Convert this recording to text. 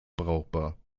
brauchbar